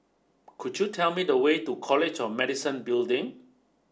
could you tell me the way to College of Medicine Building